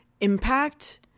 impact